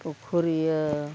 ᱯᱩᱠᱷᱩᱨᱤᱭᱟᱹ